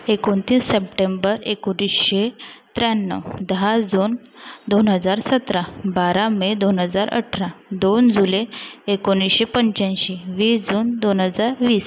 एकोणतीस सप्टेंबर एकोणिसशे त्र्याण्णव दहा जून दोन हजार सतरा बारा मे दोन हजार अठरा दोन जुले एकोणिसशे पंचाऐंशी वीस जून दोन हजार वीस